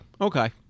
Okay